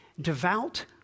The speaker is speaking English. devout